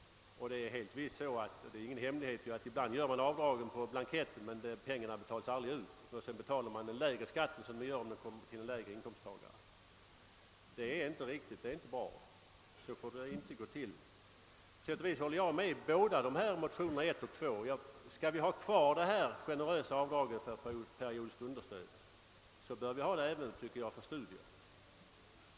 Det är heller ingen hemlighet att man ibland bara gör avdraget på blanketten men aldrig betalar ut pengarna och sedan betalar skatten för den lägre inkomsttagaren. Så får det inte gå till. På sätt och vis kan jag hålla med motionärerna om att vi, därest vi skall ha kvar det generösa avdraget för periodiskt understöd, bör medge det även för studier.